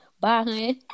bye